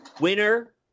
winner